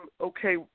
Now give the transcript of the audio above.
okay